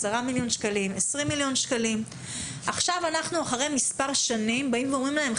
מיליוני שקלים ואחרי מספר שנים אנחנו באים ואומרים להם,